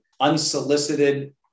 unsolicited